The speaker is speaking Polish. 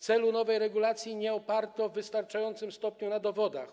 Celu nowej regulacji nie oparto w wystarczającym stopniu na dowodach.